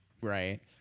Right